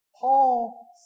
Paul